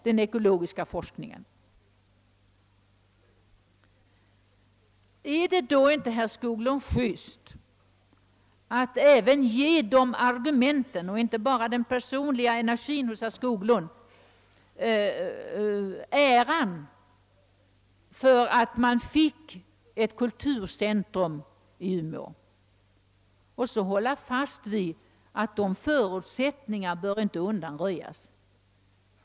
Är det då inte juste, herr Skoglund, att ge även de argumenten, inte bara herr Skoglunds personliga energi, äran av att man fick ett kulturcentrum i Umeå — och sedan hålla fast vid att de förutsättningarna inte bör undan röjas?